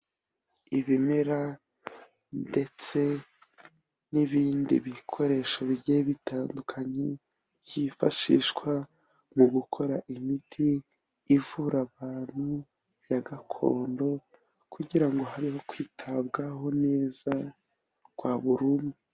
Ibimera ndetse n'ibindi bikoresho bigiye bitandukanye, byifashishwa mu gukora imiti ivura abantu ya gakondo, kugira ngo harebe kwitabwaho neza kwa buri umwe.